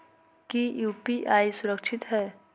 की यू.पी.आई सुरक्षित है?